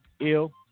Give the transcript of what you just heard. Ill